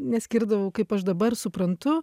neskirdavau kaip aš dabar suprantu